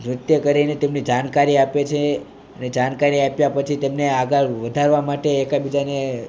નૃત્ય કરીને તેમની જાણકારી આપે છે અને જાણકારી આપ્યા પછી તેમને આગળ વધારવા માટે એકબીજાને